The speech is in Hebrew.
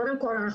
קודם כל,